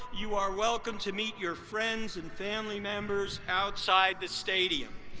you are welcome to meet your friends and family members outside the stadium.